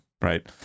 right